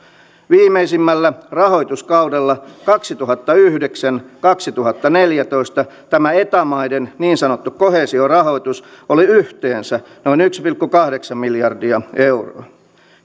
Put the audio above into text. viimeisimmällä rahoituskaudella kaksituhattayhdeksän viiva kaksituhattaneljätoista tämä eta maiden niin sanottu koheesiorahoitus oli yhteensä noin yksi pilkku kahdeksan miljardia euroa